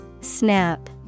Snap